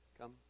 Come